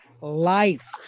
life